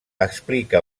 explica